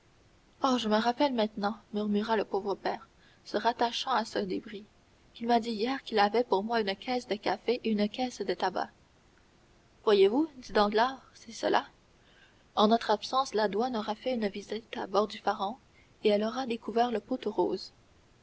oh je me rappelle maintenant murmura le pauvre père se rattachant à ce débris qu'il m'a dit hier qu'il avait pour moi une caisse de café et une caisse de tabac voyez-vous dit danglars c'est cela en notre absence la douane aura fait une visite à bord du pharaon et elle aura découvert le pot aux roses